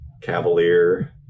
Cavalier